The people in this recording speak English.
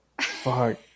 Fuck